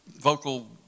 vocal